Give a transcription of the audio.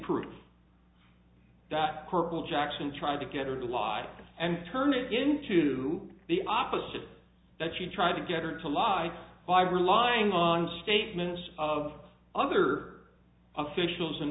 proof that kirpal jackson tried to get her to lie and turn it into the opposite that she tried to get her to lie by relying on statements of other officials